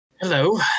Hello